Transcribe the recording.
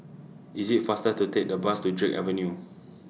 IS IT faster to Take The Bus to Drake Avenue